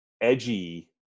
edgy